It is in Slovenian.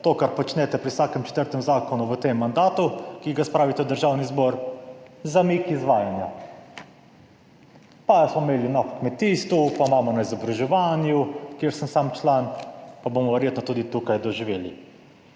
to, kar počnete pri vsakem četrtem zakonu v tem mandatu, ki ga spravite v Državni zbor - zamik izvajanja. Pa smo imeli na kmetijstvu pa imamo na izobraževanju, kjer sem sam član, pa bomo verjetno tudi tukaj doživeli.